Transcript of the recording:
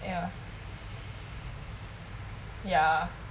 ya ya